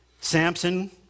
Samson